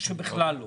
אני